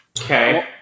Okay